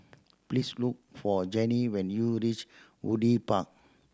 please look for Janine when you reach Woodleigh Park